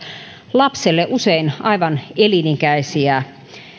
lapselle usein aivan elinikäisiä